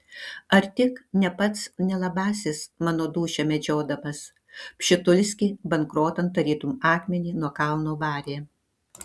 ar tik ne pats nelabasis mano dūšią medžiodamas pšitulskį bankrotan tarytum akmenį nuo kalno varė